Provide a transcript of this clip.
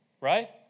Right